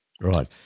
Right